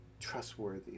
trustworthy